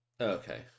Okay